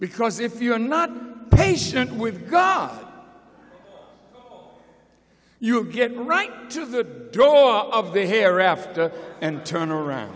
because if you're not patient with god you'll get right to the draw of the hereafter and turn around